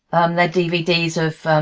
they're dvds of